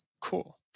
cool